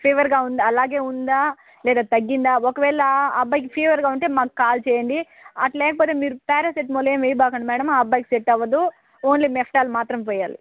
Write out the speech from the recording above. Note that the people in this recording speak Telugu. ఫీవర్గా ఉందా అలాగే ఉందా లేదా తగ్గిందా ఒకవేళ ఆ అబ్బాయికి ఫీవర్గా ఉంటే మాకు కాల్ చేయండి అట్ల లేకపోతే మీరు పారాసెటమాల్ ఏమి వేయబాకండి మేడమ్ ఆ అబ్బాయికి సెట్ అవ్వదు ఓన్లీ మెఫ్టాల్ మాత్రమే పోయాలి